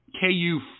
KU